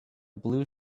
blue